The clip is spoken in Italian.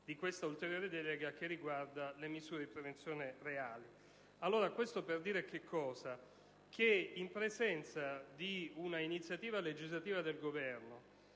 di questa ulteriore delega che riguarda le misure di prevenzione reale. Con ciò intendo dire che, in pendenza di un'iniziativa legislativa del Governo